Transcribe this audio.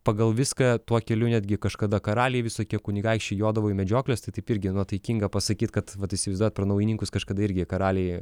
pagal viską tuo keliu netgi kažkada karaliai visokie kunigaikščiai jodavo į medžiokles tai taip irgi nuotaikinga pasakyt kad vat įsivaizduojat pro naujininkus kažkada irgi karaliai